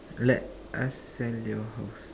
let us sell your house